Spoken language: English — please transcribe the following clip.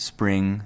Spring